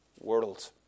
world